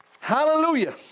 Hallelujah